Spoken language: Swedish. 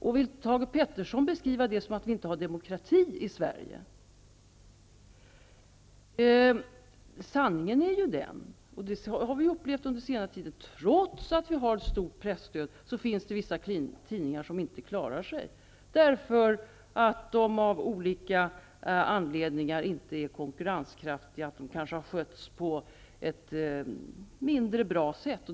Menar Thage G Peterson att detta innebär att vi inte har demokrati i Sverige? Sanningen är ju den -- och det har vi ju upplevt under senare tid -- att det trots att vi har ett stort presstöd finns vissa tidningar som inte klarar sig därför att de av olika anledningar inte är konkurrenskraftiga och därför att de kanske har skötts på ett mindre bra sätt.